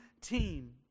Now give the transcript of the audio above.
team